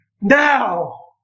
Now